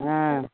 हँ